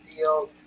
deals